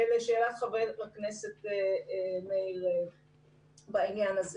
לשאלת חבר הכנסת מאיר בעניין הזה.